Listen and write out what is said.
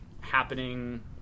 happening